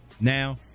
Now